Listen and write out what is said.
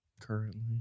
currently